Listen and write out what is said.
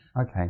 Okay